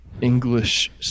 English